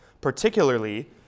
particularly